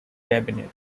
cabinet